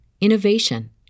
innovation